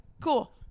Cool